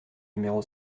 numéro